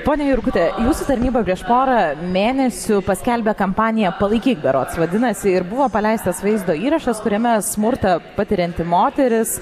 pone jurkute jūsų tarnyba prieš porą mėnesių paskelbė kampaniją palaikyk berods vadinasi ir buvo paleistas vaizdo įrašas kuriame smurtą patirianti moteris